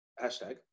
hashtag